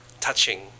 touching